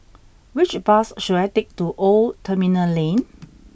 which bus should I take to Old Terminal Lane